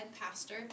pastor